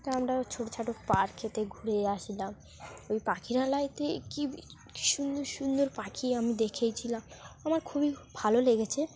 তা আমরা ছোট খাটো পার্কেতে ঘুরে আসলাম ওই পাখিরালয়তে কী সুন্দর সুন্দর পাখি আমি দেখে এসেছিলাম আমার খুবই ভালো লেগেছে